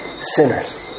sinners